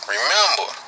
Remember